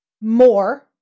more